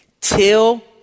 till